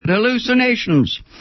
hallucinations